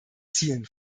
zielen